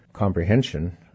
comprehension